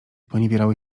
poniewierały